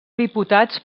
diputats